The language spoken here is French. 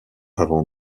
avant